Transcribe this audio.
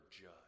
judge